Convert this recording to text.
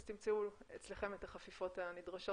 תמצאו אצלכם את החפיפות הנדרשות.